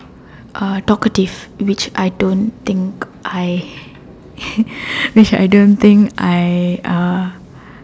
uh talkative which I don't think I which I don't think I uh